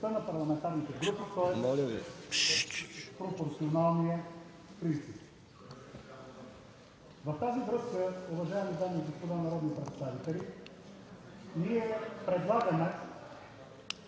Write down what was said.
на парламентарните групи, тоест пропорционалния принцип. В тази връзка, уважаеми дами и господа народни представители, ние предлагаме